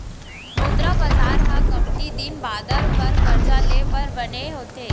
मुद्रा बजार ह कमती दिन बादर बर करजा ले बर बने होथे